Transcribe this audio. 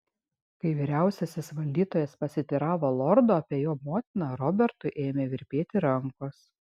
kai vyriausiasis valdytojas pasiteiravo lordo apie jo motiną robertui ėmė virpėti rankos